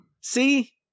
See